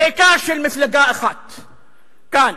בעיקר של מפלגה אחת כאן,